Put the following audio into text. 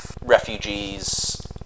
refugees